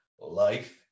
life